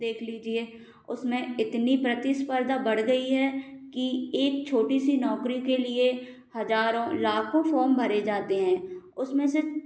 देख लीजिए उसमें इतनी प्रतिस्पर्धा बढ़ गई है कि एक छोटी सी नौकरी के लिए हजारों लाखों फॉर्म भरे जाते हैं उसमें से